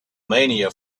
mania